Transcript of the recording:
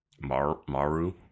Maru